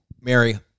Mary